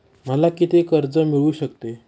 मला किती कर्ज मिळू शकते?